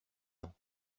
ans